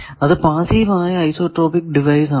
അത് പാസ്സീവ് ആയ isotropic device ആണ്